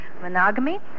monogamy